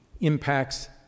impacts